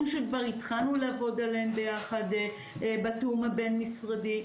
יש דברים שכבר התחלנו לעבוד עליהם יחד בתיאום הבין משרדי.